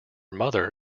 mother